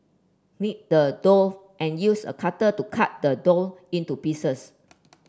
knead the dough and use a cutter to cut the dough into pieces